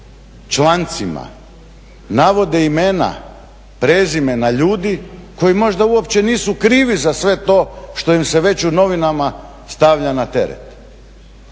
člancima navode imena, prezimena ljudi koji možda uopće nisu krivi za sve to što im se već u novinama stavlja na teret.